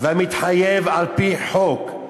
והמתחייב על-פי חוק,